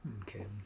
Okay